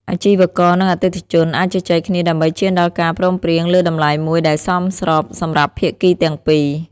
អាជីវករនិងអតិថិជនអាចជជែកគ្នាដើម្បីឈានដល់ការព្រមព្រៀងលើតម្លៃមួយដែលសមស្របសម្រាប់ភាគីទាំងពីរ។